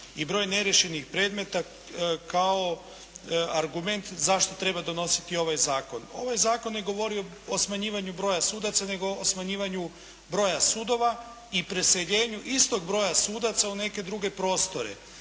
i broj neriješenih predmeta kao argument zašto treba donositi ovaj zakon. Ovaj zakon ne govori o smanjivanju broja sudaca nego o smanjivanju broja sudova i preseljenju istog broja sudaca u neke druge prostore.